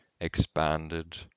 expanded